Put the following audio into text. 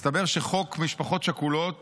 מסתבר שחוק משפחות שכולות